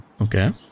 Okay